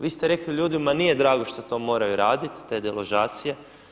Vi ste rekli, ljudima nije drago što to moraju raditi, te deložacije.